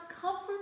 comfort